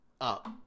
up